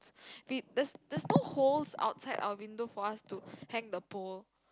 the there's there's no holes outside our window for us to hang the pole